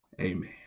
Amen